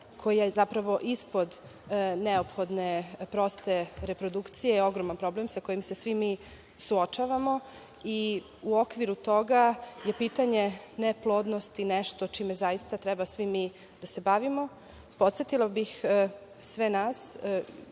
koji je zapravo ispod neophodne proste reprodukcije je ogroman problem, sa kojim se svi mi suočavamo i u okviru toga je pitanje neplodnosti nešto čime zaista treba svi mi da se bavimo. Podsetila bih sve nas,